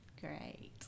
Great